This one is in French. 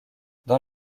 dans